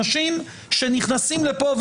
אנשים שנכנסים לפה,